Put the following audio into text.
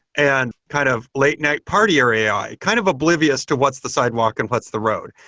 and kind of late-night party or ai. kind of oblivious to what's the sidewalk and what's the road.